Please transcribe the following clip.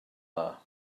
dda